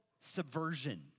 subversion